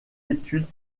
études